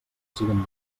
siguen